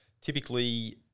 typically